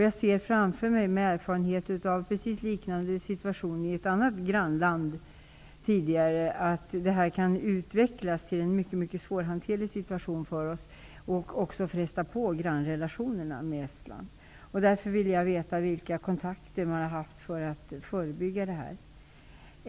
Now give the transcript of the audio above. Jag ser framför mig, med erfarenheter av precis liknande situation i ett annat grannland tidigare, att det här kan utvecklas till en mycket svårhanterlig situation för oss och också fresta på våra grannrelationer med Estland. Därför vill jag veta vilka kontakter man har haft för att förebygga detta.